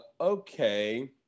okay